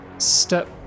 Step